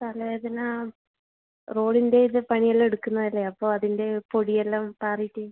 തലവേദന റോഡിൻ്റെ ഇത് പണി എല്ലാം എടുക്കുന്നതല്ലേ അപ്പോൾ അതിൻ്റെ പൊടി എല്ലാം പാറിയിട്ട്